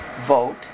Vote